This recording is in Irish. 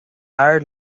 ard